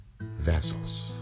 vessels